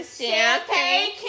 Champagne